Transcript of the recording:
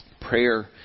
prayer